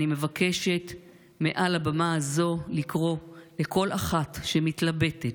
אני מבקשת מעל הבמה הזו לקרוא לכל אחת שמתלבטת,